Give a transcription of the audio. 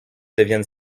devienne